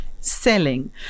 selling